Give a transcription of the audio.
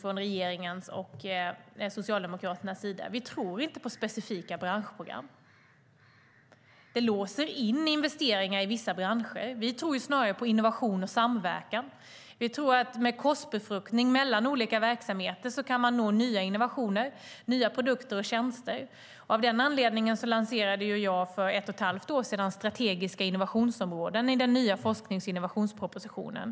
Regeringen och Socialdemokraterna har lite olika syn. Vi tror inte på specifika branschprogram. Det låser in investeringar i vissa branscher. Vi tror snarare på innovation och samverkan. Med en korsbefruktning mellan olika verksamheter kan man nå nya innovationer, nya produkter och tjänster. Av den anledningen lanserade jag för ett och ett halvt år sedan strategiska innovationsområden i den nya forsknings och innovationspropositionen.